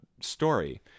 story